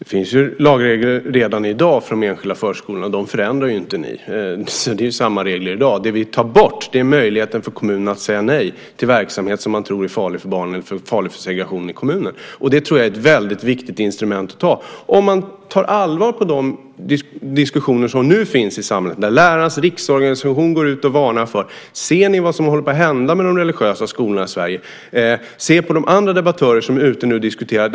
Fru talman! Det finns ju lagregler redan i dag för de enskilda förskolorna, och dem förändrar ju inte ni. Det är ju samma regler i dag. Det ni tar bort är möjligheten för kommunerna att säga nej till verksamhet som man tror är farlig för barnen och för segregationen i kommunen, och det tror jag är ett väldigt viktigt instrument att ha. Man bör ta de diskussioner som nu finns i samhället på allvar, när lärarnas riksorganisation går ut och varnar och säger: Ser ni vad som håller på att hända med de religiösa skolorna i Sverige? Se på de andra debattörer som är ute och diskuterar nu.